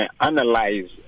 analyze